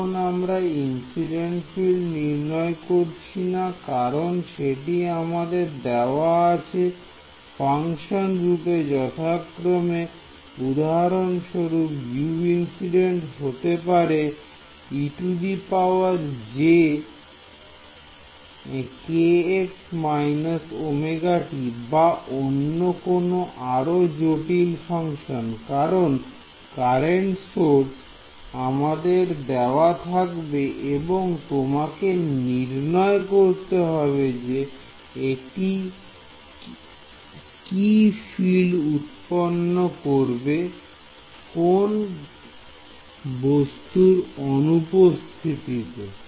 এখন আমরা incident field নির্ণয় করছি না কারণ সেটি আমাদের দেওয়া আছে ফাংশন রূপে যথাক্রমে উদাহরণস্বরূপ Uinc হতে পারে ejkx−ωt বা অন্য কোন আরও জটিল ফাংশন কারণ কারেন্ট সোর্স আমাদের দেওয়া থাকবে এবং তোমাকে নির্ণয় করতে হবে যে এটি কি ফিল্ড উৎপন্ন করবে কোন বস্তুর অনুপস্থিতিতে